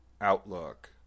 outlook